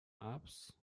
ups